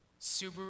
Subaru